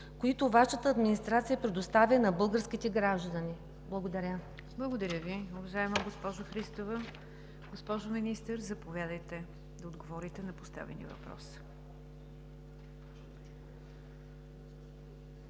които Вашата администрация предоставя на българските граждани. Благодаря. ПРЕДСЕДАТЕЛ НИГЯР ДЖАФЕР: Благодаря Ви, уважаема госпожо Христова. Госпожо Министър, заповядайте да отговорите на поставения въпрос.